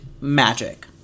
magic